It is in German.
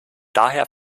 daher